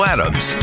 Adams